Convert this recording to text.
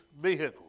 vehicles